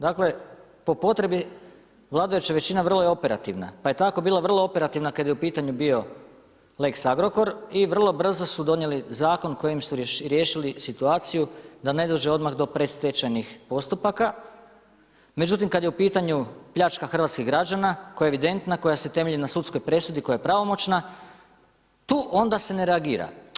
Dakle, po potrebi vladajuća većina vrlo je operativna, pa je tako bila vrlo operativna kada je u pitanju bio Lex Agrokor i vrlo brzo su donijeli zakon kojim su riješili situaciju da ne dođe odmah do predstečajnih postupaka, međutim, kad je u pitanju pljačka hrvatskih građana koja je evidentna koja se temelji na sudskoj presudi koja je pravomoćna, tu onda se ne reagira.